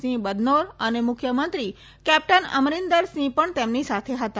સિંઘ બદનૌર અને મુખ્યમંત્રી કેપ્ટન અમરીન્દરસિંહ પણ તેમની સાથે હતા